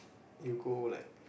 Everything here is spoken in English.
you go like